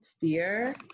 fear